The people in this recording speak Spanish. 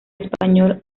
español